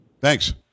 Thanks